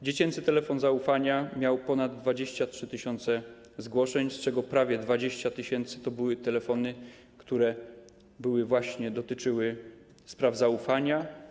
Dziecięcy telefon zaufania miał ponad 23 tys. zgłoszeń, z czego prawie 20 tys. to były telefony, które właśnie dotyczyły tzw. spraw zaufania.